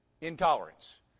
intolerance